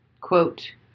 quote